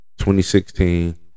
2016